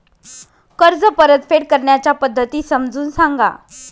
कर्ज परतफेड करण्याच्या पद्धती समजून सांगा